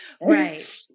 Right